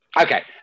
Okay